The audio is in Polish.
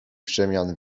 przemian